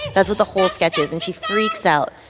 that's what the whole sketch is. and she freaks out.